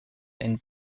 and